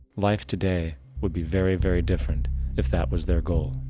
life today would be very very different if that was their goal.